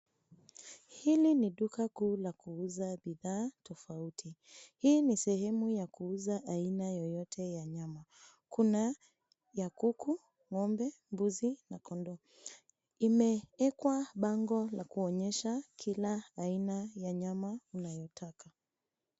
Hili ni duka kuu la kuuza bidhaa tofauti. Hii ni sehemu ya kuuza aina yoyote ya nyama. Kuna ya kuku, ng'ombe, mbuzi na kondoo. Imewekwa bango la kuonyesha kila aina ya nyama unayotaka.